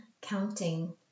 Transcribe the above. counting